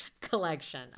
collection